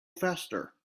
faster